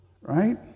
Right